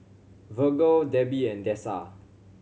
Virgle Debby and Dessa